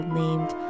named